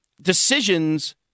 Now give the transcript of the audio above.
decisions